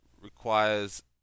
requires